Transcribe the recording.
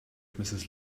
mrs